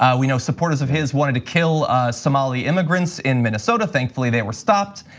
ah we know supporters of his wanted to kill somali immigrants in minnesota, thankfully they were stopped.